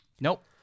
Nope